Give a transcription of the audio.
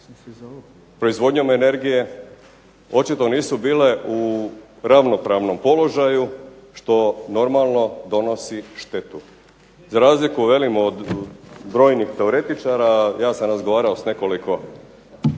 proizvodnjom energije očito nisu bile u ravnopravnom položaju, što normalno donosi štetu, za razliku velim od brojnih teoretičara a ja sam razgovarao sa nekoliko